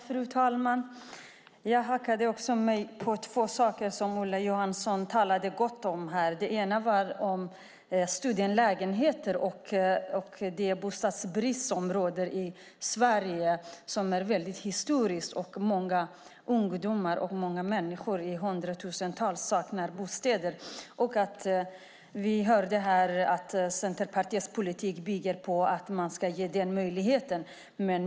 Fru talman! Jag hakade också upp mig på två saker som Ola Johansson talade gott om. Den ena gällde studentlägenheter och den bostadsbrist som råder i Sverige. Den är historisk. Hundratusentals ungdomar och andra människor saknar bostäder. Vi hörde här att Centerpartiets politik bygger på att man ska ge dem möjligheten.